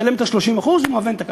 ישלם את ה-30% והוא מהוון את הקרקע.